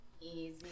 Easy